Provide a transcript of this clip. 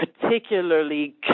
particularly